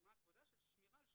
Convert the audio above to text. במשימה חשובה זו,